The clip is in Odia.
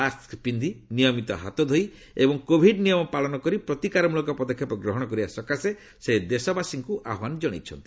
ମାସ୍କ ପିନ୍ଧି ନିୟମିତ ହାତଧୋଇ ଏବଂ କୋଭିଡ ନିୟମ ପାଳନ କରି ପ୍ରତିକାରମଳକ ପଦକ୍ଷେପ ଗ୍ରହଣ କରିବା ସକାଶେ ସେ ଦେଶବାସୀଙ୍କୁ ଆହ୍ପାନ ଜଣାଇଛନ୍ତି